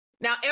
Now